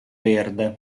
verde